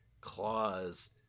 claws